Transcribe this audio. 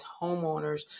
homeowners